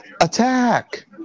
attack